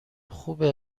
خوبه